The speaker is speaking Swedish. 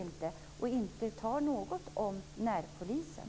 Hon talar inte något om närpolisen.